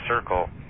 circle